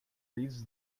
reads